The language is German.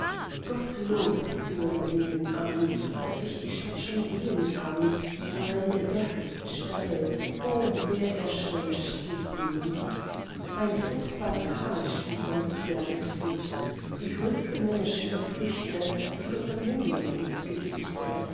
gottlob fing unser jüngling an daß ich die stadt schon sehen kann allein der berg ist steil o wär er schon erstiegen ein fruchtbar tal stieß an des berges fuß die größte menge schöner früchte fiel unserm jüngling ins gesichte